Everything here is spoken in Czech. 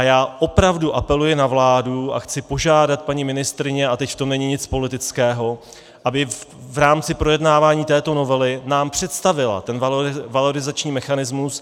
Já opravdu apeluji na vládu a chci požádat paní ministryni, a teď v tom není nic politického, aby v rámci projednávání této novely nám představila ten valorizační mechanismus.